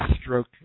stroke